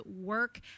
work